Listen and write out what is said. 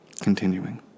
Continuing